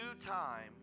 time